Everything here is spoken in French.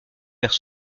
vers